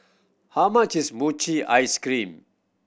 how much is mochi ice cream